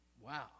Wow